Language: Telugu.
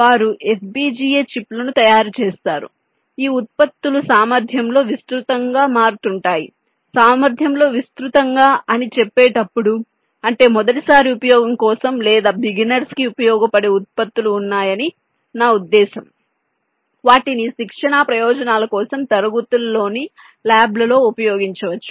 వారు FPGA చిప్లను తయారు చేస్తారు ఈ ఉత్పత్తులు సామర్ధ్యంలో విస్తృతంగా మారుతుంటాయి సామర్ధ్యంలో విస్తృతంగా అని చెప్పేటప్పుడు అంటే మొదటిసారి ఉపయోగం కోసం లేదా బిగినర్స్ కి ఉపయోగపడే ఉత్పత్తులు ఉన్నాయని నా ఉద్దేశ్యం వాటిని శిక్షణా ప్రయోజనాల కోసం తరగతుల్లోని ల్యాబ్లలో ఉపయోగించవచ్చు